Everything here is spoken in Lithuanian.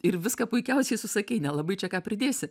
ir viską puikiausiai susakei nelabai čia ką pridėsi